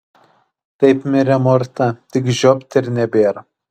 taip mirė morta tik žiopt ir nebėr